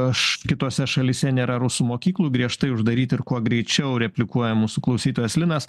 aš kitose šalyse nėra rusų mokyklų griežtai uždaryti ir kuo greičiau replikuoja mūsų klausytojas linas